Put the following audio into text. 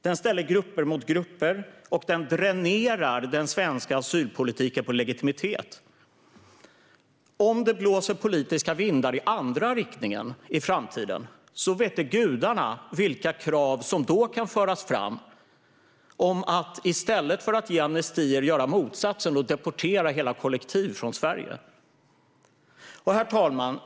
Den ställer grupper mot grupper, och den dränerar den svenska asylpolitiken på legitimitet. Om det blåser politiska vindar i andra riktningen i framtiden så vete gudarna vilka krav som då kan föras fram om att i stället för att ge amnestier göra motsatsen och deportera hela kollektiv från Sverige. Herr talman!